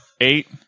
Eight